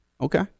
okay